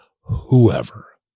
whoever